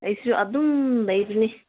ꯑꯩꯁꯨ ꯑꯗꯨꯝ ꯂꯩꯕꯅꯤ